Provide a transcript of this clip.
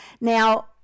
now